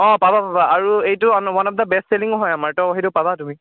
অঁ পাবা পাবা আৰু এইটো ওৱান অফ দ্য বেষ্ট ছেলিঙো হয় আমাৰ তো সেইটো পাবা তুমি